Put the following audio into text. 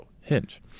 Hinge